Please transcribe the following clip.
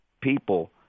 people